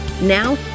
Now